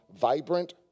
vibrant